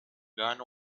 gone